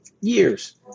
years